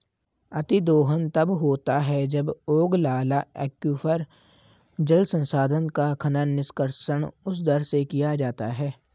अतिदोहन तब होता है जब ओगलाला एक्वीफर, जल संसाधन का खनन, निष्कर्षण उस दर से किया जाता है